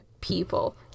people